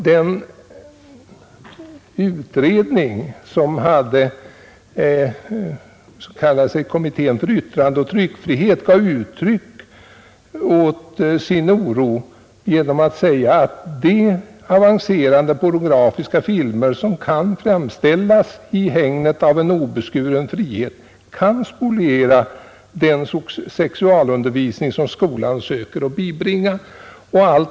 Den utredning som kallar sig kommittén för lagstiftningen om yttrandeoch tryckfrihet gav uttryck för sin oro genom att säga att de avancerade pornografiska filmer som kan framställas i hägnet av en obeskuren frihet kan spoliera den sexualundervisning som skolan söker bibringa.